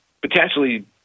potentially